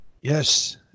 Yes